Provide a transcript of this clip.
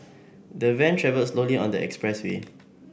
the van travelled slowly on the expressway